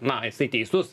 na jisai teisus